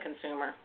consumer